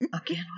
Again